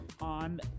on